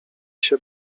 się